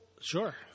Sure